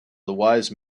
wise